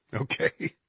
Okay